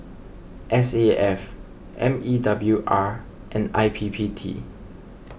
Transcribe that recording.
S A F M E W R and I P P T